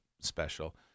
special